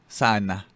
sana